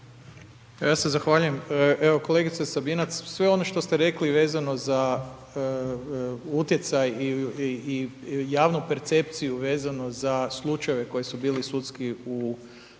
Ja se zahvaljujem, evo, kolegice Sabina, sve ovo što ste rekli vezani za utjecaj i javnu percepciju vezano za slučajeve koji su bili sudski u